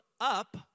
up